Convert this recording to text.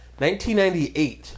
1998